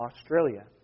Australia